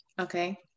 Okay